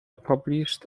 published